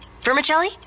Vermicelli